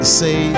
say